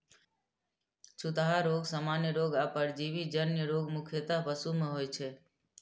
छूतहा रोग, सामान्य रोग आ परजीवी जन्य रोग मुख्यतः पशु मे होइ छै